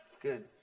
Good